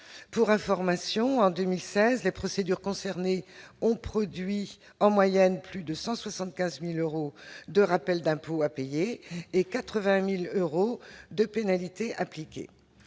pour information, en 2016 les procédures concernées ont produit en moyenne plus de 175000 euros de rappel d'impôts à payer et 80000 euros de pénalités appliquées